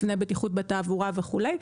קציני בטיחות בתעבורה וכולי,